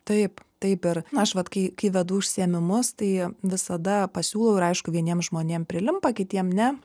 taip taip ir aš vat kai kai vedu užsiėmimus tai visada pasiūlau ir aišku vieniem žmonėm prilimpa kitiems ne